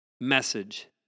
Message